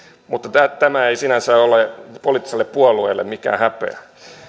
mutta tämä tämä ei sinänsä ole poliittiselle puolueelle mikään häpeä